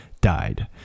died